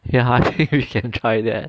you can try that